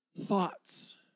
thoughts